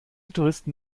touristen